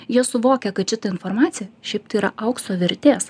jie suvokia kad šita informacija šiaip tai yra aukso vertės